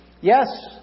Yes